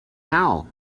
now